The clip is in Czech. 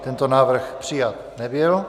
Tento návrh přijat nebyl.